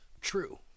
True